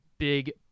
big